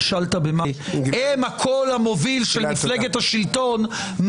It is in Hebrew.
בזמן הנאום שלך, אני קראתי לסדר לעשרה